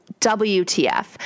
WTF